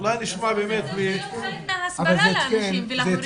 אולי נשמע באמת מ --- זה צריך להיות חלק מההסברה לאנשים ולהורים.